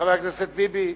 חבר הכנסת ביבי.